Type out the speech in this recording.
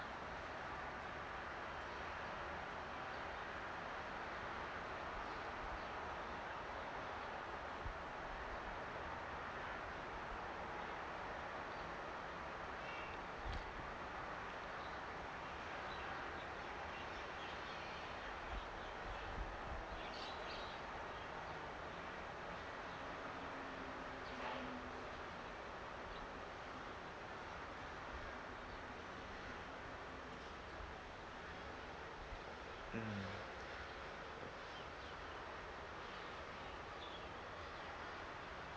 mm